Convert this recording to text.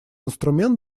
инструмент